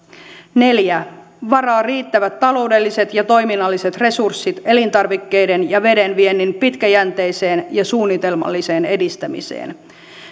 neljäs varaa riittävät taloudelliset ja toiminnalliset resurssit elintarvikkeiden ja veden viennin pitkäjänteiseen ja suunnitelmalliseen edistämiseen